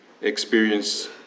experience